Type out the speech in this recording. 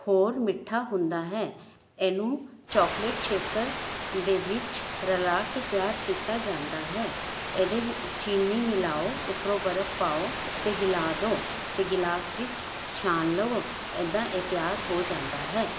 ਹੋਰ ਮਿੱਠਾ ਹੁੰਦਾ ਹੈ ਇਹਨੂੰ ਚੋਕਲੇਟ ਛੇਕਰ ਦੇ ਵਿੱਚ ਰਲਾ ਕੇ ਤਿਆਰ ਕੀਤਾ ਜਾਂਦਾ ਹੈ ਇਹਦੇ ਚੀਨੀ ਮਿਲਾਓ ਉਪਰੋਂ ਬਰਫ ਪਾਓ ਅਤੇ ਹਿਲਾ ਦਿਓ ਅਤੇ ਗਿਲਾਸ ਵਿੱਚ ਛਾਣ ਲਓ ਇੱਦਾਂ ਇਹ ਤਿਆਰ ਹੋ ਜਾਂਦਾ ਹੈ